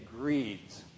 greeds